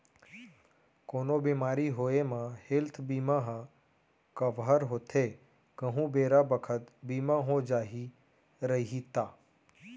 कोनो बेमारी होये म हेल्थ बीमा ह कव्हर होथे कहूं बेरा बखत बीमा हो जाही रइही ता